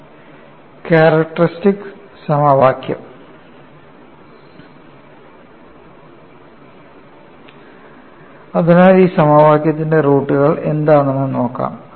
characteristics സമവാക്യം അതിനാൽ ഈ സമവാക്യത്തിന്റെ റൂട്ടുകൾ എന്താണെന്ന് നോക്കാം